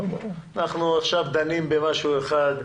אנחנו עכשיו דנים במשהו אחד.